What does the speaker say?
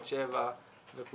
בת שבע וכולן,